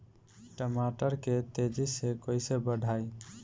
टमाटर के तेजी से कइसे बढ़ाई?